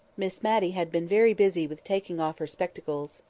miss matty had been very busy with taking off her spectacles,